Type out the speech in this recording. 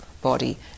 body